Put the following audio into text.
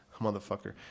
motherfucker